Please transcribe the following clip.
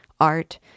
art